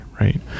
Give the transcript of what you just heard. right